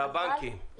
לבנקים.